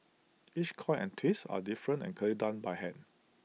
each coil and twist are different and clearly done by hand